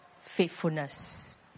faithfulness